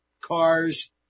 Cars